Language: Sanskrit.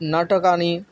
नाटकानि